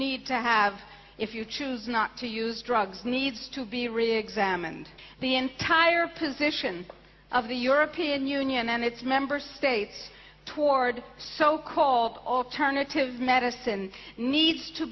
need to have if you choose not to use drugs needs to be reexamined the entire position of the european union and its member states toward so called alternative medicine need to